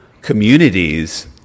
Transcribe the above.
communities